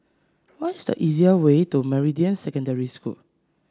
what is the easier way to Meridian Secondary School